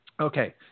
Okay